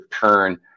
turn